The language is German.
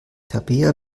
tabea